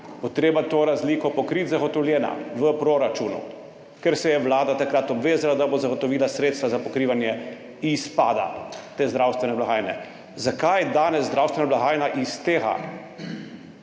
bo treba to razliko pokriti, zagotovljena, v proračunu, ker se je vlada takrat obvezala, da bo zagotovila sredstva za pokrivanje izpada te zdravstvene blagajne. Zakaj danes zdravstvena blagajna iz tega